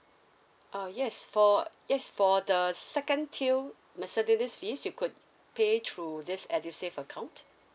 uh yes yes for the second tier miscellaneous fees you could pay through this edusave account